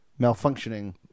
malfunctioning